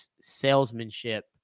salesmanship